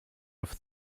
have